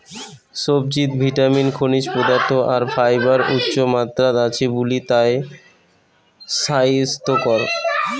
সবজিত ভিটামিন, খনিজ পদার্থ আর ফাইবার উচ্চমাত্রাত আছে বুলি তায় স্বাইস্থ্যকর